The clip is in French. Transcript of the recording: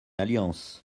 alliance